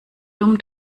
dumm